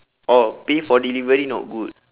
oh pay for delivery not good